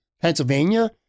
Pennsylvania